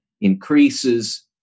increases